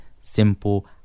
Simple